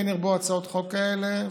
כן ירבו הצעות חוק כאלה,